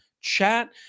chat